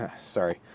sorry